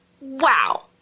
wow